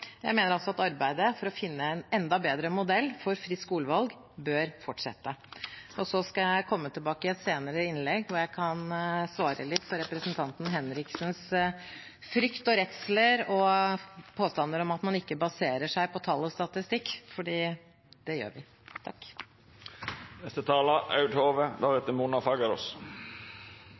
Jeg mener at arbeidet for å finne en enda bedre modell for fritt skolevalg bør fortsette. Jeg skal komme tilbake i et senere innlegg og svare litt på representanten Henriksens frykt og redsler og påstander om at man ikke baserer seg på tall og statistikk. For det gjør vi.